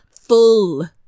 full